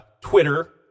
Twitter